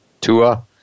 Tua